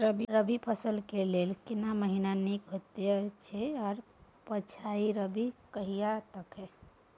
रबी फसल के लेल केना महीना नीक होयत अछि आर पछाति रबी कहिया तक?